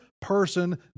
person